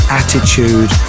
attitude